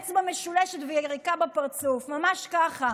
אצבע משולשת ויריקה בפרצוף, ממש ככה.